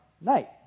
night